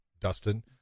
Dustin